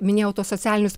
minėjau tuos socialinius